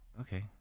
Okay